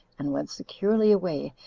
and went securely away,